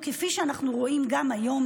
וכפי שאנחנו רואים גם היום,